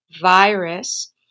virus